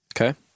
Okay